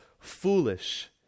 foolish